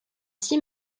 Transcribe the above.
six